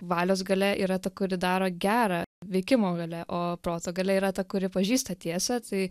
valios galia yra ta kuri daro gera veikimo galia o proto galia yra ta kuri pažįsta tiesą tai